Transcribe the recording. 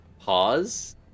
Pause